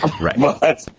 right